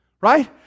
right